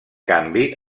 canvi